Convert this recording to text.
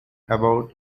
about